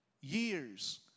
years